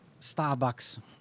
Starbucks